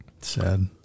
sad